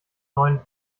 neuen